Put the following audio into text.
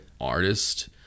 artist